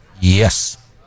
Yes